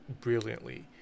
brilliantly